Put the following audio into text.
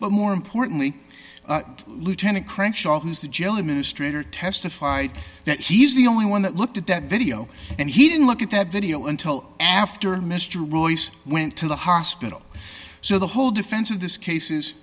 but more importantly lieutenant crenshaw who's the jhelum in a stranger testified that he's the only one that looked at that video and he didn't look at that video until after mr royce went to the hospital so the whole defense of this case